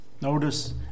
Notice